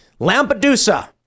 Lampedusa